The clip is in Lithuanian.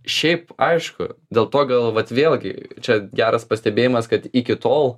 šiaip aišku dėl to gal vat vėlgi čia geras pastebėjimas kad iki tol